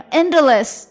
endless